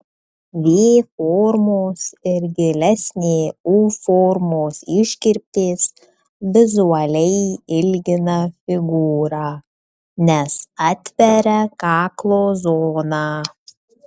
v formos ir gilesnė u formos iškirptės vizualiai ilgina figūrą nes atveria kaklo zoną